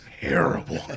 terrible